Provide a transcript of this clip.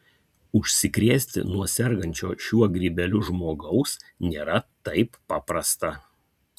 užsikrėsti nuo sergančio šiuo grybeliu žmogaus nėra taip paprasta